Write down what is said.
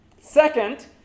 Second